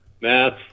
Math